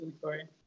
sorry